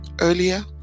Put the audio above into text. earlier